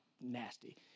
nasty